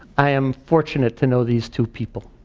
i am fortunate to know these two people.